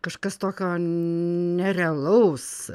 kažkas tokio nerealaus